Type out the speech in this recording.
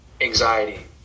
anxiety